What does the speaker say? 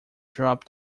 drop